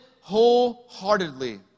wholeheartedly